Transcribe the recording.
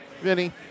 Vinny